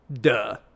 Duh